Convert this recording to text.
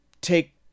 take